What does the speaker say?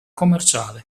commerciale